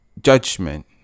judgment